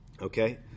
Okay